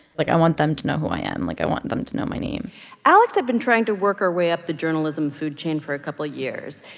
like, i want them to know who i am. like, i want them to know my name alex had been trying to work her way up the journalism food chain for a couple years.